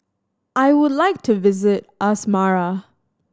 I would like to visit Asmara